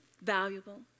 valuable